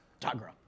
Tagra